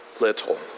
little